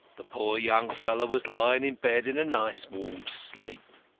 the poor young fellow was lying in bed in a nice warm sleep.